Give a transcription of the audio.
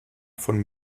von